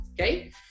okay